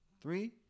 Three